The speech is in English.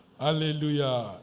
Hallelujah